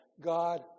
God